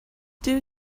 due